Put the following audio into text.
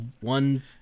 one